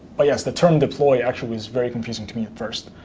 but yes, the term deploy actually was very confusing to me at first.